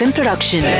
Production